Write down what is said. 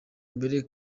mbere